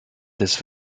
this